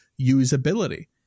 usability